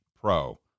pro